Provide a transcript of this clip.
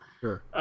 Sure